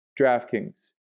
DraftKings